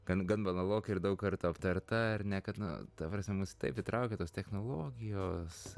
gan gan banaloka ir daug kartų aptarta ar ne kad na ta prasme mus taip įtraukia tos technologijos